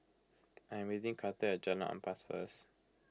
I am meeting Carter at Jalan Ampas first